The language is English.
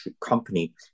company